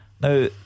Now